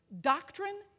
Doctrine